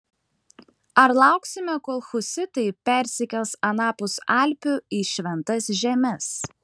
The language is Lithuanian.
ar lauksime kol husitai persikels anapus alpių į šventas žemes